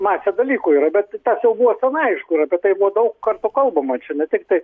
masė dalykų yra bet tas jau buvo senai aišku ir apie tai buvo daug kartų kalbama čia ne tiktai